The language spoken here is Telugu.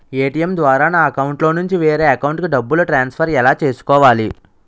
ఏ.టీ.ఎం ద్వారా నా అకౌంట్లోనుంచి వేరే అకౌంట్ కి డబ్బులు ట్రాన్సఫర్ ఎలా చేసుకోవాలి?